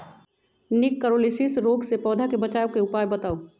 निककरोलीसिस रोग से पौधा के बचाव के उपाय बताऊ?